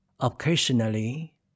Occasionally